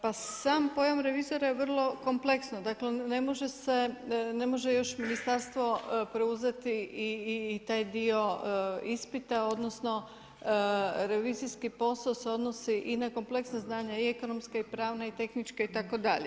Pa sam pojam revizora je vrlo kompleksno dakle ne može se, ne može još ministarstvo preuzeti i taj dio ispita odnosno revizijski posao se odnosi i na kompleksna znanja i ekonomska i pravna i tehnička itd.